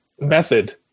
method